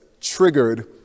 triggered